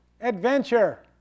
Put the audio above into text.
adventure